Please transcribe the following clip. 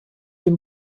den